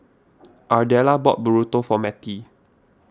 Ardella bought Burrito for Matie